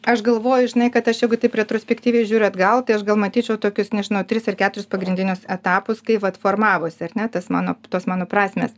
aš galvoju žinai kad aš jeigu taip retrospektyviai žiūriu atgal tai aš gal matyčiau tokius nežinau tris ar keturis pagrindinius etapus kai vat formavosi ar ne tas mano tos mano prasmės